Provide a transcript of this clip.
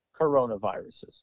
coronaviruses